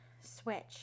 switch